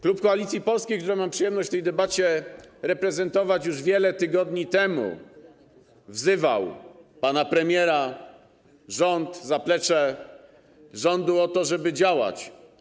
Klub Koalicji Polskiej, który mam przyjemność w tej debacie reprezentować, już wiele tygodni temu wzywał pana premiera, rząd, zaplecze rządu do tego, żeby działać.